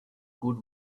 good